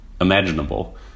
imaginable